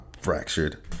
fractured